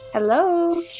hello